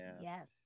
yes